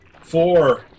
four